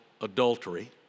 adultery